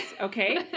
Okay